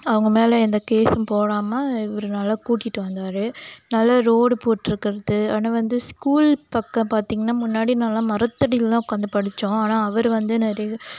அவங்க மேலே எந்த கேசும் போடாமல் இவரு நல்ல கூட்டிகிட்டு வந்தார் நல்ல ரோடு போட்டிருக்குறது ஆனால் வந்து ஸ்கூல் பக்கம் பார்த்தீங்கன்னா முன்னாடி நானெலாம் மரத்தடியில் தான் உட்காந்து படித்தோம் ஆனால் அவர் வந்து நிறைய